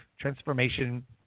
transformation